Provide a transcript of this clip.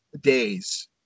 days